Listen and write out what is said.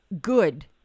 good